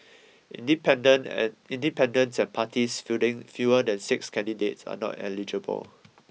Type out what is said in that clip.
independent and independents has parties fielding fewer than six candidates are not eligible